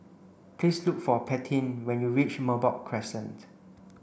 please look for Paityn when you reach Merbok Crescent